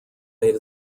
made